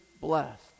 blessed